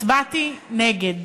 הצבעתי נגד,